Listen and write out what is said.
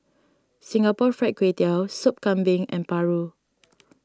Singapore Fried Kway Tiao Soup Kambing and Paru